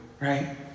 right